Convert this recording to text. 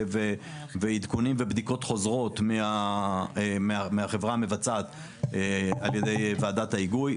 עדכונים ובדיקות חוזרות מהחברה המבצעת ע"י ועדת ההיגוי.